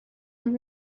ond